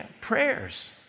Prayers